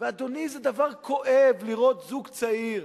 ואדוני, זה דבר כואב לראות זוג צעיר